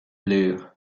blue